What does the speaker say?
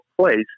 place